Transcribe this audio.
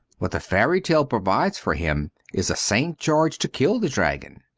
what the fairy-tale provides for him is a st. george to kill the dragon.